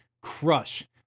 crush